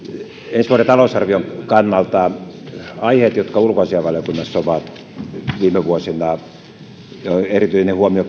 ensi vuoden talousarvion kannalta aiheet joihin ulkoasiainvaliokunnassa viime vuosina erityinen huomio